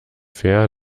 fair